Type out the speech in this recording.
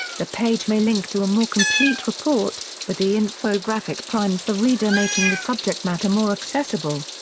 the page may link to a more complete report, but the infographic primes the reader making the subject-matter more accessible.